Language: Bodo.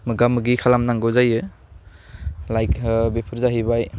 मोगा मोगि खालामनांगौ जायो लाइक ओह बेफोर जाहैबाय